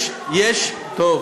אתה לא מכיר את החוק.